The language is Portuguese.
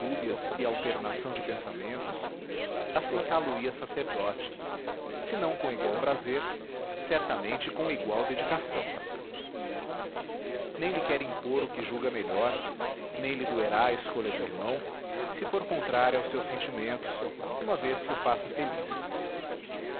e alternação de pensamentos aceitá lo ia sacerdote se não com igual prazer certamente com igual dedicação nem lhe quer impor o que julga melhor nem lhe doerá a escolha do irmão se for contrária aos seus sentimentos uma vez que o faça feliz